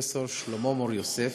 פרופסור שלמה מור-יוסף,